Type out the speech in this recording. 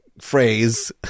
phrase